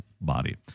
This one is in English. body